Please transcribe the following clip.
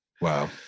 Wow